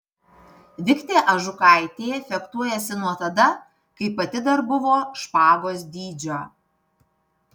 viktė ažukaitė fechtuojasi nuo tada kai pati dar buvo špagos dydžio